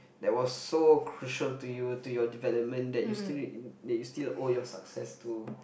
that was so crucial to you to your development that you still that you still owe your success to